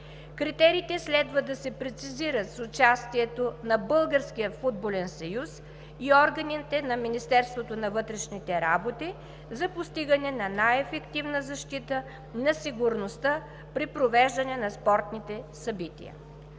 Критериите следва да се прецизират с участието на Българския футболен съюз и органите на Министерството на вътрешните работи за постигане на най-ефективна защита на сигурността при провеждане на спортните събития.